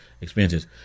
expenses